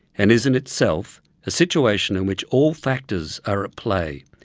and is in itself a situation in which all factors are at play.